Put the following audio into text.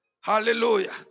Hallelujah